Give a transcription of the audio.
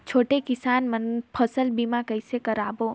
छोटे किसान मन फसल बीमा कइसे कराबो?